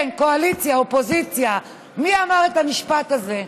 כן, קואליציה, אופוזיציה, מי אמר את המשפט הזה: